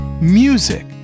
Music